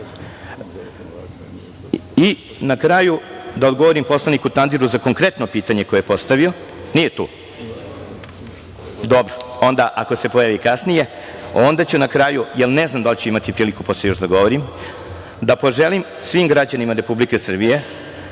kraju, da odgovorim poslaniku Tandiru za konkretno pitanje koje je postavio. Nije tu? Dobro, onda ako se pojavi kasnije. Na kraju, jer ne znam da li ću imati priliku posle još da govorim, da poželim svim građanima Republike Srbije